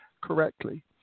correctly